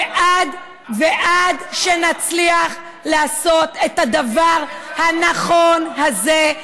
ועד שנצליח לעשות את הדבר הנכון הזה,